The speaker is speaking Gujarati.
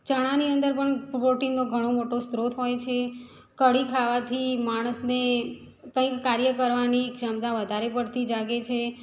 ચણાની અંદર પણ પ્રોટીનનો ઘણો મોટો સ્ત્રોત હોય છે કઢી ખાવાથી માણસને કંઈક કાર્ય કરવાની ક્ષમતા વધારે પડતી જાગે છે